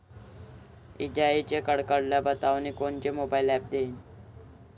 इजाइच्या कडकडाटाची बतावनी कोनचे मोबाईल ॲप देईन?